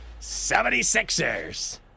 76ers